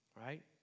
Right